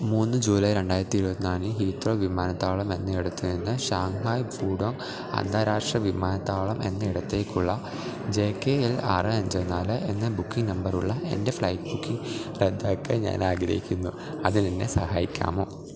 മൂന്ന് ജൂലൈ രണ്ടായിരത്തി ഇരുപത്തിനാലിന് ഹീത്രോ വിമാനത്താവളം എന്നയിടത്ത് നിന്ന് ഷാങ്ഹായ് പൂഡോംഗ് അന്താരാഷ്ട്ര വിമാനത്താവളം എന്നയിടത്തേക്കുള്ള ജെ കെ എൽ ആറ് അഞ്ച് നാല് എന്ന ബുക്കിംഗ് നമ്പറുള്ള എൻ്റെ ഫ്ലൈറ്റ് ബുക്കിംഗ് റദ്ദാക്കാൻ ഞാൻ ആഗ്രഹിക്കുന്നു അതിനെന്നെ സഹായിക്കാമോ